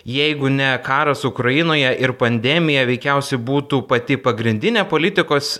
jeigu ne karas ukrainoje ir pandemija veikiausiai būtų pati pagrindinė politikos